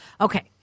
Okay